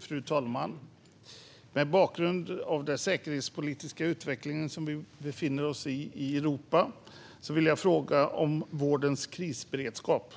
Fru talman! Mot bakgrund av den säkerhetspolitiska utveckling som vi i Europa befinner oss i vill jag fråga om vårdens krisberedskap.